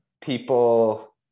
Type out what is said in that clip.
people